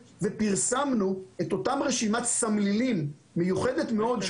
ופרסמנו את אותה רשימת סמלילים מיוחדת מאוד,